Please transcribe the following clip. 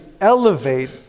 elevate